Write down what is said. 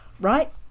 Right